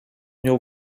mnie